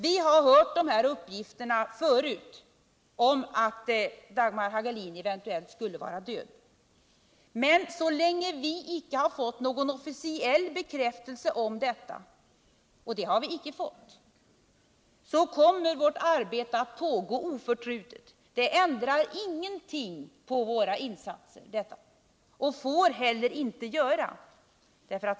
Vi har hört de här uppgifterna förut om att Dagmar Hagelin eventuellt skulle vara död, men så länge vi inte har fått någon officiell bekräftelse om detta, och det har vi inte fått. kommer vårt arbete att fortgå oförtrutet. Dessa uppgifter ändrar ingenting när det gäller våra insatser och får heller inte göra det.